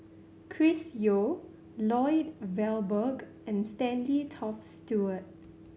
Chris Yeo Lloyd Valberg and Stanley Toft Stewart